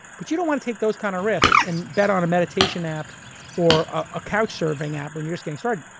but you don't want to take those kinds kind of risks and bet on a meditation app or a couch surfing app when you're just getting started.